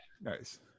Nice